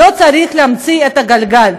לא צריך להמציא את הגלגל.